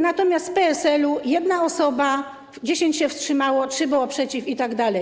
natomiast z PSL-u - jedna osoba, 10 się wstrzymało, trzy były przeciw itd.